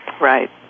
right